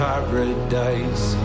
Paradise